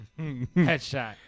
headshot